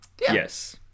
Yes